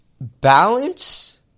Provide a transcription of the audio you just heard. balance